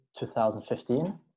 2015